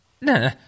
no